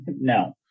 no